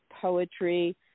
poetry